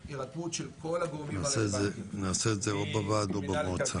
צריך הירתמות של כל הגורמים --- נעשה את זה או בוועד או במועצה.